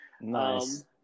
Nice